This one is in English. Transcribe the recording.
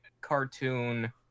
cartoon